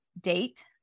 date